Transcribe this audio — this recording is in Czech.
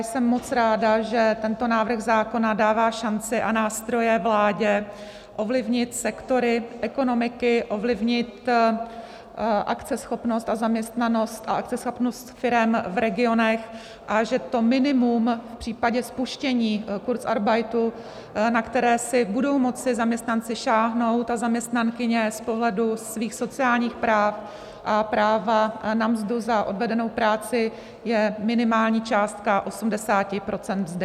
Jsem moc ráda, že tento návrh zákona dává šance a nástroje vládě ovlivnit sektory ekonomiky, ovlivnit akceschopnost, zaměstnanost a akceschopnost firem v regionech a že to minimum v případě spuštění kurzarbeitu, na které si budou moci zaměstnanci a zaměstnankyně sáhnout z pohledu svých sociálních práv a práva na mzdu za odvedenou práci, je minimální částka 80 % mzdy.